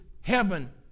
heaven